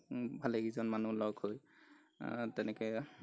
ভালেকিজন মানুহ লগ হৈ তেনেকৈ